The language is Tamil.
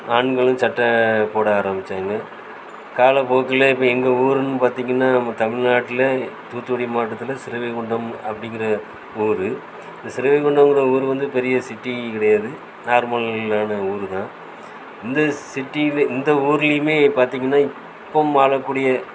ஆண்களும் சட்டை போட ஆரம்பிச்சாங்க காலப்போக்கில் இப்போ எங்கள் ஊருன்னு பார்த்தீங்கன்னா நம்ம தமிழ்நாட்ல தூத்துக்குடி மாவட்டத்தில் சிறுவைகுண்டம் அப்படிங்கிற ஊர் இந்த சிறுவைகுண்டங்கிற ஊர் வந்து பெரிய சிட்டியும் கிடையாது நார்மல்லான ஊர் தான் இந்த சிட்டியுமே இந்த ஊருலையுமே பார்த்தீங்கன்னா இப்போவும் வாழக்கூடிய